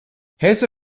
hesse